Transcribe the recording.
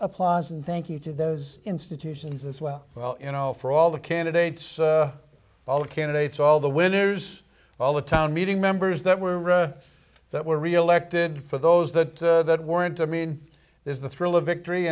applause and thank you to those institutions as well well you know for all the candidates both candidates all the winners all the town meeting members that were that were reelected for those that that weren't i mean there's the thrill of victory